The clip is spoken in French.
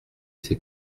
c’est